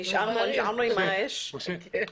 נשארנו עם האש?